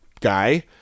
guy